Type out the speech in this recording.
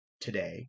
today